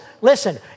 Listen